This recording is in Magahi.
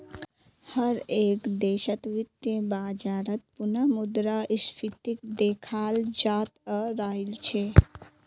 हर एक देशत वित्तीय बाजारत पुनः मुद्रा स्फीतीक देखाल जातअ राहिल छे